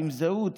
עם זהות,